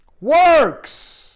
works